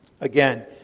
Again